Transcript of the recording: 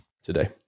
Today